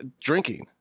drinking